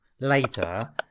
later